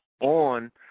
on